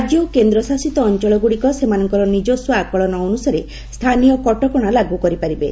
ରାଜ୍ୟ ଓ କେନ୍ଦ୍ରଶାସିତ ଅଞ୍ଚଳଗୁଡ଼ିକ ସେମାନଙ୍କର ନିଜସ୍ୱ ଆକଳନ ଅନୁସାରେ ସ୍ଥାନୀୟ କଟକଣା ଲାଗୁ କରିପାରିବେ